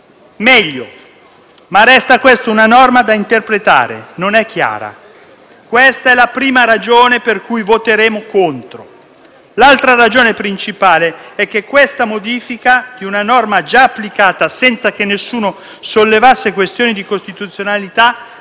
Meglio, ma resta una norma da interpretare: non è chiara. Questa è la prima ragione per cui voteremo contro il provvedimento. L'altra ragione principale è che la modifica di una norma già applicata, senza che nessuno sollevasse questioni di costituzionalità,